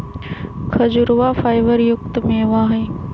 खजूरवा फाइबर युक्त मेवा हई